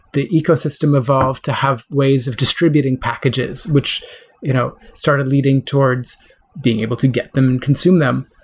the ecosystem evolved to have ways of distributing packages, which you know started leading towards being able to get them and consume them.